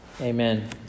Amen